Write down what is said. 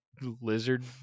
lizard